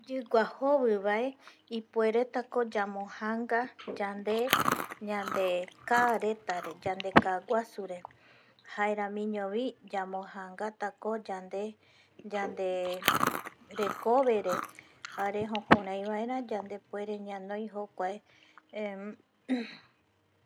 Yigua jobi bae ipueretako yamojanga yande kaa reta, kaa guasu re jaeramiño bi yamo jangatako yanderekobe re jare jukurai baera yandepuere ñanoi jokuae eh